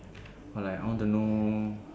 or like I want to know